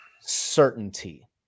certainty